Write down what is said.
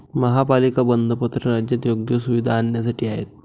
महापालिका बंधपत्रे राज्यात योग्य सुविधा आणण्यासाठी आहेत